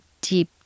deep